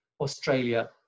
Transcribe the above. australia